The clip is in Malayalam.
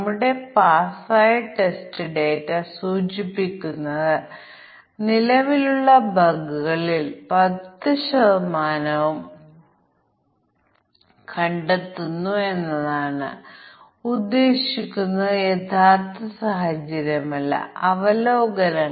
ഒരു നോൺ ന്യൂമെറിക്കൽ വേരിയബിളിന്റെ കാര്യമെന്താണ് അതിനാൽ ഞങ്ങൾ ഒരു സ്ട്രിംഗ് ആണെങ്കിൽ സംഖ്യാ അതിരുകൾ മാത്രം നോക്കി